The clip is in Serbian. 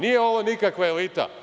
Nije ovo nikakva elita.